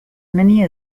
many